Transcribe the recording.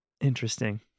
Interesting